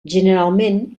generalment